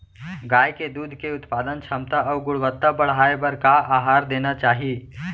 गाय के दूध के उत्पादन क्षमता अऊ गुणवत्ता बढ़ाये बर का आहार देना चाही?